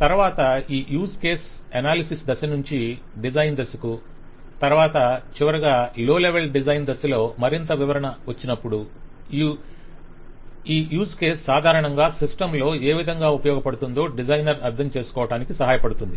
తరావాత ఈ use case analysis దశ నుంచి డిజైన్ దశకు తరవాత చివరగా లో లెవెల్ డిజైన్ దశలో మరింత వివరణకు వచ్చిననప్పుడు ఈ యూస్ కేస్ సాధారణంగా సిస్టమ్ లో ఏ విధంగా ఉపగయోగపడుతుందో డిజైనర్ అర్ధంచేసుకోవటానికి సహాయపడుతుంది